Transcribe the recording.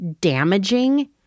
damaging